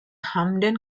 hamden